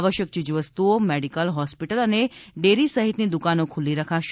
આવશ્યક ચીજવસ્તુઓ medical hospital અને ડેરી સહિતની દુકાનો ખુલ્લી રખાશે